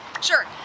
Sure